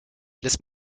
lässt